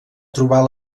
trobar